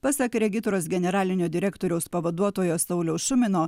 pasak regitros generalinio direktoriaus pavaduotojo sauliaus šumino